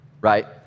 Right